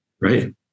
right